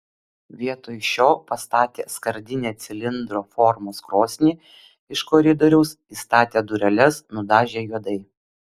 vietoj šio pastatė skardinę cilindro formos krosnį iš koridoriaus įstatė dureles nudažė juodai